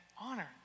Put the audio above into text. honor